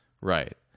right